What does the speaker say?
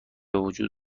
بوجود